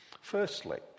Firstly